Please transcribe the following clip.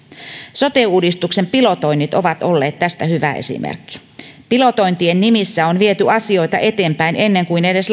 sote uudistuksen pilotoinnit ovat olleet tästä hyvä esimerkki pilotointien nimissä on viety asioita eteenpäin ennen kuin edes